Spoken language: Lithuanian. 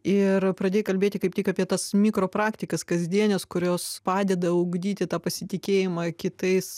ir pradėjai kalbėti kaip tik apie tas mikropraktikas kasdienes kurios padeda ugdyti tą pasitikėjimą kitais